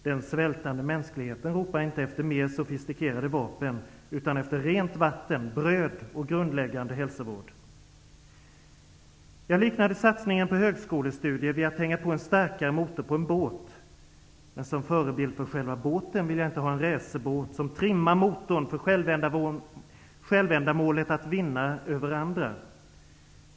Den svältande mänskligheten ropar inte efter mer sofistikerade vapen utan efter rent vatten, bröd och en grundläggande hälsovård. Jag liknade satsningarna på högskolestudier vid att en starkare motor hängs på en båt. Men som förebild för själva båten vill jag inte ha en racerbåt, som trimmar motorn för självändamålet att vinna över andra.